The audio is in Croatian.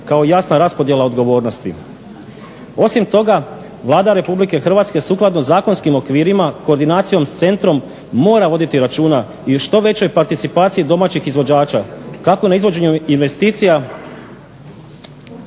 kao jasna raspodjela odgovornosti. Osim toga Vlada Republike Hrvatske sukladno zakonskim okvirima koordinacijom s centrom mora voditi računa i o što većoj participaciji domaćih izvođača kako na izvođenju investicija